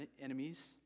enemies